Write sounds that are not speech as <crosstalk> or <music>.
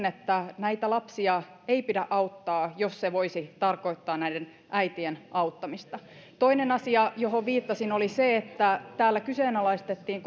<unintelligible> että näitä lapsia ei pidä auttaa jos se voisi tarkoittaa näiden äitien auttamista toinen asia johon viittasin oli se että täällä kyseenalaistettiin <unintelligible>